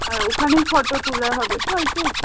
আর ওখানেই ফটো তোলা হবে তাই তো